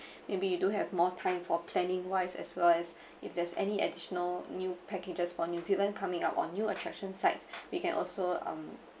maybe you do have more time for planning wise as well as if there's any additional new packages for new zealand coming up or new attraction sites we can also um